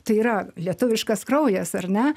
tai yra lietuviškas kraujas ar ne